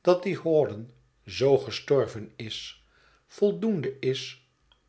dat die hawdon z gestorven is voldoende is